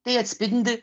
tai atspindi